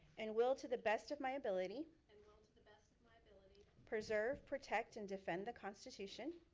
and will to the best of my ability. and will to the best of my ability. preserve, protect and defend the constitution.